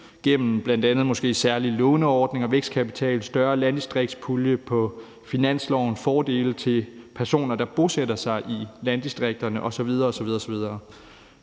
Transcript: gennem bl.a. særlige låneordninger, vækstkapital, en større landdistriktspulje på finansloven, fordele til personer, der bosætter sig i landdistrikterne osv. osv. Men